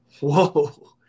whoa